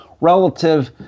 relative